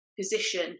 position